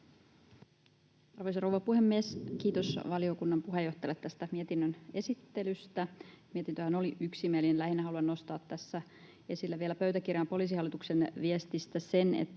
Arvoisa rouva puhemies! Kiitos valiokunnan puheenjohtajalle mietinnön esittelystä. Mietintöhän oli yksimielinen. Lähinnä haluan nostaa tässä esille vielä pöytäkirjaan Poliisihallituksen viestistä sen,